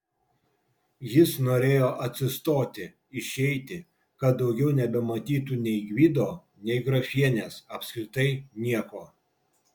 jis norėjo atsistoti išeiti kad daugiau nebematytų nei gvido nei grafienės apskritai nieko